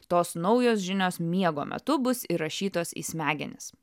tos naujos žinios miego metu bus įrašytos į smegenis